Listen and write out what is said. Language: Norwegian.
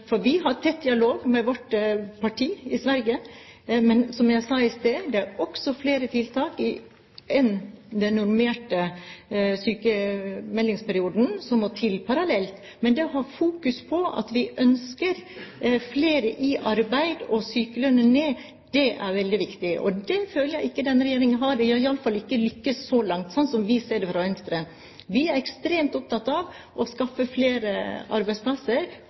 fungert. Vi har tett dialog med vårt søsterparti i Sverige, men som jeg sa i sted, er det også flere tiltak enn den normerte sykmeldingsperioden som må til parallelt. Men det å ha fokus på at vi ønsker flere i arbeid og sykelønnen ned, er veldig viktig. Det føler jeg ikke denne regjeringen har. De har i alle fall ikke lyktes så langt, slik vi fra Venstre ser det. Vi er ekstremt opptatt av å skaffe flere arbeidsplasser,